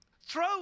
throw